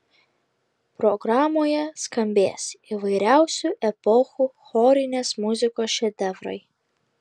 programoje skambės įvairiausių epochų chorinės muzikos šedevrai